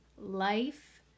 Life